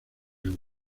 ella